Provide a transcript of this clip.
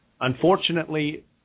Unfortunately